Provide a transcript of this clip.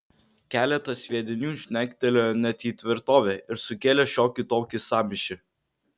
keletas sviedinių žnegtelėjo net į tvirtovę ir sukėlė šiokį tokį sąmyšį